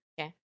Okay